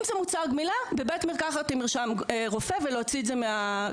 אם זה מוצר גמילה בבית מרקחת עם מרשם רופא ולהוציא את זה מהפיצוציות.